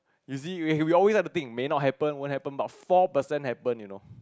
you see if we always had the think may not happen when happen about four percent happen you know